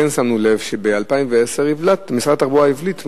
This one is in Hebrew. שמנו לב שב-2010 משרד התחבורה הבליט מאוד,